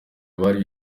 abari